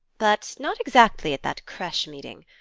but not exactly at that creche meeting.